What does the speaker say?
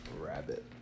Rabbit